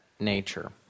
nature